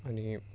अनि